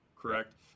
correct